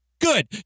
Good